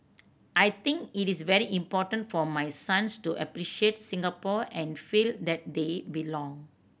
I think it is very important for my sons to appreciate Singapore and feel that they belong